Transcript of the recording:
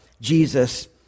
Jesus